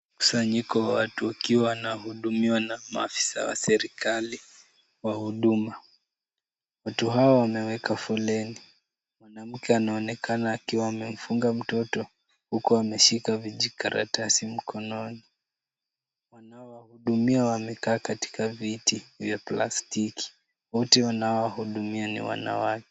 Mkusanyiko wa watu wakiwa wanahudumiwa na maafisa wa serikali wa huduma. Watu hawa wameweka foleni. Mwanamke anaonekana akiwa amefunga mtoto huku ameshika vijikaratasi mkononi. Wanaowahudumia wamekaa katika viti vya plastiki. Wote wanaowahudumia ni wanawake.